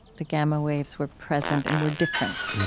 the gamma waves were present and were different